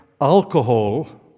Alcohol